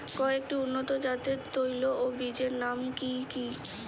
কয়েকটি উন্নত জাতের তৈল ও বীজের নাম কি কি?